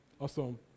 awesome